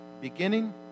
Beginning